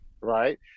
right